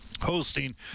hosting